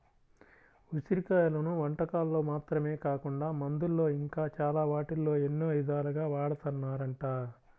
ఉసిరి కాయలను వంటకాల్లో మాత్రమే కాకుండా మందుల్లో ఇంకా చాలా వాటిల్లో ఎన్నో ఇదాలుగా వాడతన్నారంట